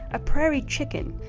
a prairie chicken.